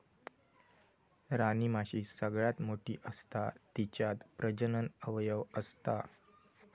राणीमाशी सगळ्यात मोठी असता तिच्यात प्रजनन अवयव असता